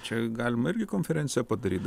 čia galima irgi konferenciją padaryt